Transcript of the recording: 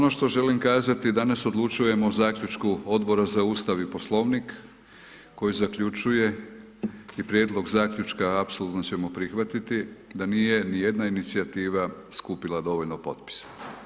No ono što želim kazati danas odlučujemo o zaključku Odbora za Ustav i Poslovnik koji zaključuje i prijedlog zaključka apsolutno ćemo prihvatiti da nije ni jedna inicijativa skupila dovoljno potpisa.